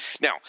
Now